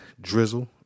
Drizzle